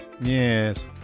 Yes